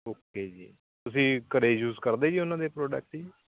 okay ਜੀ ਤੁਸੀਂ ਘਰ ਯੂਜ ਕਰਦੇ ਜੀ ਉਹਨਾਂ ਦੇ ਪ੍ਰੋਡਕਟ ਜੀ